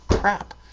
crap